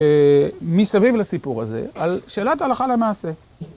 מסביב לסיפור הזה, על שאלת הלכה למעשה